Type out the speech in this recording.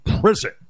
prison